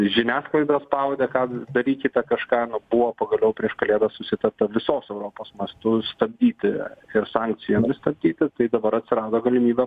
žiniasklaida spaudė ką darykite kažką nu buvo pagaliau prieš kalėdas susitarta visos europos mastu stabdyti ir sankcijomis stabdyti tai dabar atsirado galimybė